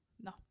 No